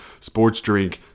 sportsdrink